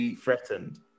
threatened